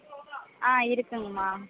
ஆ இருக்குதுங்கம்மா